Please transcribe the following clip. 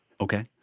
Okay